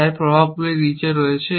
তাই প্রভাবগুলি নীচে রয়েছে